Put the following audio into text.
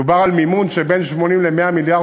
מדובר על מימון שבין 80 ל-100 מיליארד